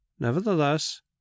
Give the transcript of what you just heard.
Nevertheless